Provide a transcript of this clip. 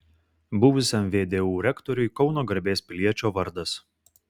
buvusiam vdu rektoriui kauno garbės piliečio vardas